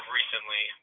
recently